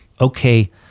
okay